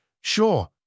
Sure